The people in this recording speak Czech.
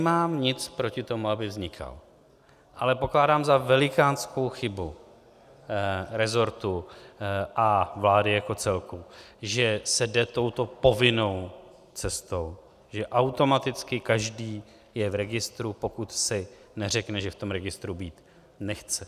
Nemám nic proti tomu, aby vznikal, ale pokládám za velikánskou chybu resortu a vlády jako celku, že se jde touto povinnou cestou, že automaticky každý je v registru, pokud si neřekne, že v registru být nechce.